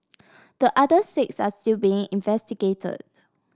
the other six are still being investigated